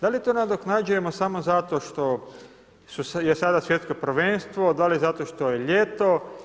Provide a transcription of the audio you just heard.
Da li to nadoknađujemo samo zato što je sada svjetsko prvenstvo, da li zato što je ljeto?